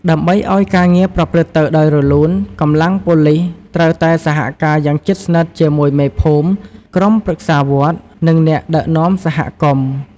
ដើម្បីឱ្យការងារប្រព្រឹត្តទៅដោយរលូន កម្លាំងប៉ូលិសត្រូវតែសហការយ៉ាងជិតស្និទ្ធជាមួយមេភូមិ ក្រុមប្រឹក្សាវត្ត និងអ្នកដឹកនាំសហគមន៍។